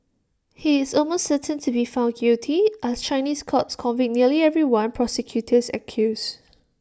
he is almost certain to be found guilty as Chinese courts convict nearly everyone prosecutors accuse